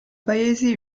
paesi